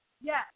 Yes